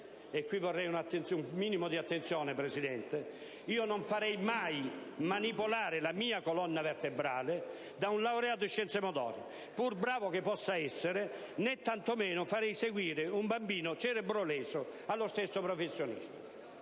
e chiedo un minimo di attenzione dell'Assemblea, signor Presidente - io non farei mai manipolare la mia colonna vertebrale da un laureato in scienze motorie, pur bravo che possa essere, né tanto meno farei seguire un bambino cerebroleso allo stesso professionista.